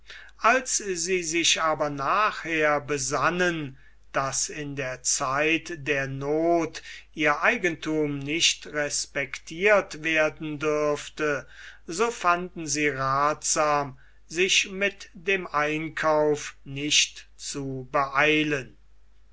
als sie sich aber nachher besannen daß in der zeit der noth ihr eigenthum nicht respektiert werden dürfte so fanden sie rathsam sich mit dem einkauf nicht zu beeilen